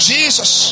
Jesus